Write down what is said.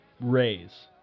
raise